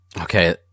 Okay